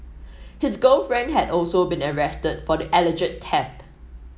his girlfriend had also been arrested for the alleged theft